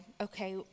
okay